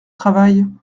travail